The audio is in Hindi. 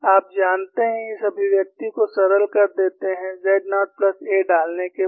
आप जानते हैं इस अभिव्यक्ति को सरल कर देते हैं z नॉट प्लस a डालने के बाद